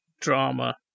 drama